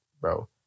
bro